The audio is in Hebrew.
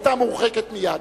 היתה מורחקת מייד.